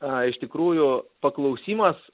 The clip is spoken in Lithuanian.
a iš tikrųjų paklausimas